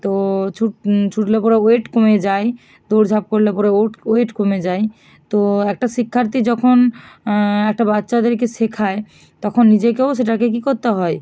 তো ছুটলে পরে ওয়েট কমে যায় দৌড়ঝাঁপ করলে পরে ওয়েট কমে যায় তো একটা শিক্ষার্থী যখন একটা বাচ্চাদেরকে শেখায় তখন নিজেকেও সেটাকে কী করতে হয়